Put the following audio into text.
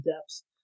depths